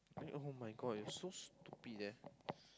I mean [oh]-my-god you are so stupid eh